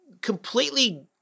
completely